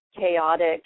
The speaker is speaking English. chaotic